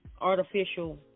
artificial